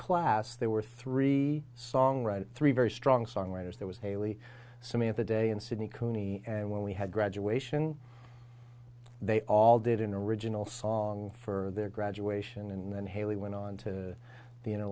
class there were three songwriters three very strong songwriters there was haley samantha day in sydney cooney and when we had graduation they all did in the original song for their graduation and then haley went on to be